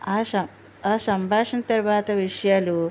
ఆశ ఆ సంభాషణ తర్వాత విషయాలు